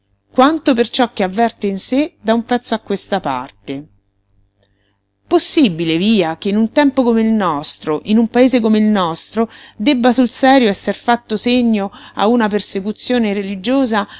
quanto per ciò che avverte in sé da un pezzo a questa parte possibile via che in un tempo come il nostro in un paese come il nostro debba sul serio esser fatto segno a una persecuzione religiosa